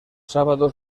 sábados